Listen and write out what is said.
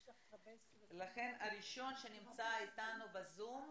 בינתיים הם לא בזום,